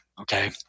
Okay